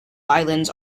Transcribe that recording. islands